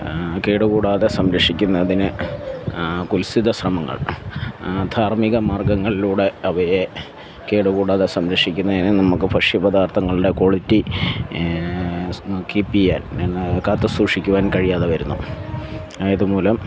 കേട് കൂടാതെ സംരക്ഷിക്കുന്നതിന് കുൽസിത ശ്രമങ്ങൾ ധാർമ്മിക മാർഗ്ഗങ്ങളിലൂടെ അവയെ കേടു കൂടാതെ സംരക്ഷിക്കുന്നതിന് നമുക്ക് ഫ്രഷ് പദാർത്ഥങ്ങളുടെ ക്വാളിറ്റി കീപ്പ് ചെയ്യാൻ കാത്തു സൂക്ഷിക്കുവാൻ കഴിയാതെ വരുന്നു ആയത് മൂലം